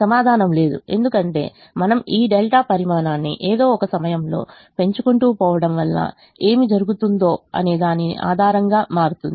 సమాధానం లేదు ఎందుకంటే మనం ఈ డెల్టా పరిమాణాన్ని ఏదో ఒక సమయంలో పెంచుకుంటూ పోవడం వల్ల ఏమి జరుగుతుందో అనేదాని ఆధారంగా మారుతుంది